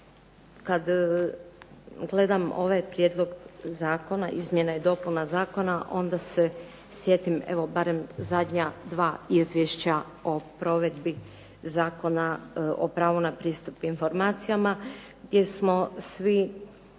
Kad gledam ovaj prijedlog zakona, izmjena i dopuna zakona onda se sjetim evo barem zadnja dva izvješća o provedbi Zakona o pravu na pristup informacijama gdje smo svi